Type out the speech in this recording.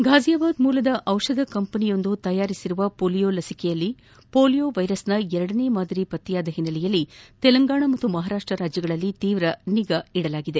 ಫಾಜಿಯಾಬಾದ್ ಮೂಲದ ಔಷಧ ಕಂಪನಿಯೊಂದು ತಯಾರಿಸಿದ ಪೊಲಿಯೊ ಲಸಿಕೆಯಲ್ಲಿ ಪೊಲಿಯೋ ವೈರಸ್ನ ಎರಡನೇ ಮಾದರಿ ಪತ್ತೆಯಾದ ಹಿನ್ನೆಲೆಯಲ್ಲಿ ತೆಲಂಗಾಣ ಹಾಗೂ ಮಹಾರಾಷ್ಟಗಳಲ್ಲಿ ತೀವ್ರ ನಿಗಾ ಇರಿಸಲಾಗಿದೆ